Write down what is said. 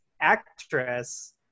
actress